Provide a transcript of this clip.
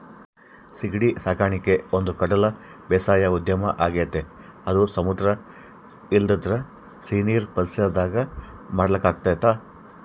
ಸೀಗಡಿ ಸಾಕಣಿಕೆ ಒಂದುಕಡಲ ಬೇಸಾಯ ಉದ್ಯಮ ಆಗೆತೆ ಅದು ಸಮುದ್ರ ಇಲ್ಲಂದ್ರ ಸೀನೀರಿನ್ ಪರಿಸರದಾಗ ಮಾಡಲಾಗ್ತತೆ